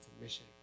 mission